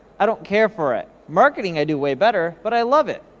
i don't care for it. marketing, i do way better, but i love it.